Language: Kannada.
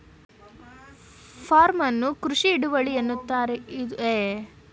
ಫಾರ್ಮ್ ಅನ್ನು ಕೃಷಿ ಹಿಡುವಳಿ ಎನ್ನುತ್ತಾರೆ ಇದು ಪ್ರಾಥಮಿಕವಾಗಿಕೃಷಿಪ್ರಕ್ರಿಯೆಗೆ ಮೀಸಲಾದ ಭೂಮಿಯಾಗಿದೆ